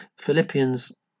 Philippians